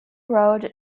wrote